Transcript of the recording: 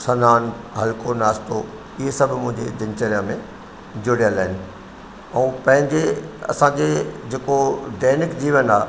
सनानु हलिको नाश्तो इहे सभु मुभिंजी दिनचर्या में जुड़ियलु आइन अऊं पंहिंजे असांजे जेको दैनिक जीवन आ